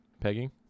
Pegging